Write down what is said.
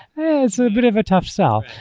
it's a bit of a tough sell.